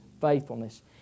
faithfulness